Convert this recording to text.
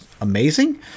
amazing